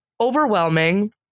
overwhelming